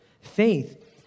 faith